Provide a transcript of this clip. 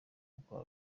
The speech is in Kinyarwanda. bakuru